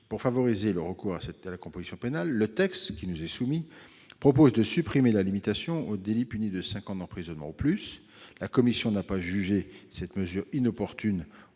Pour favoriser le recours à la composition pénale, le texte qui nous est soumis propose de supprimer la limitation aux délits punis de cinq ans d'emprisonnement au plus. La commission n'a pas jugé cette mesure inopportune